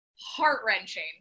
heart-wrenching